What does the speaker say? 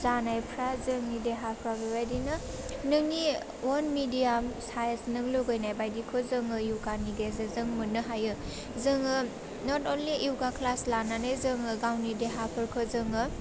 जानायफ्रा जोंनि देहाफ्रा बेबायदिनो नोंनि वन मिडियाम साइस नों लुबैनाय बायदिखौ जोङो यगानि गेजेरजों मोन्नो हायो जोङो नट अनलि यगा क्लास लानानै जोङो गावनि देहाफोरखौ जोङो